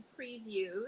previews